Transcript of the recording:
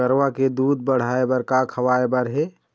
गरवा के दूध बढ़ाये बर का खवाए बर हे?